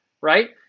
Right